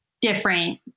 different